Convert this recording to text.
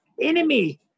enemy